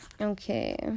Okay